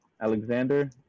Alexander